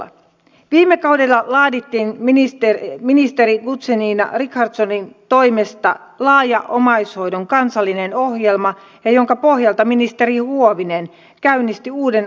viime kaudella laadittiin ministeri guzenina richardsonin toimesta laaja omaishoidon kansallinen ohjelma jonka pohjalta ministeri huovinen käynnisti uuden omaishoitolain valmistelun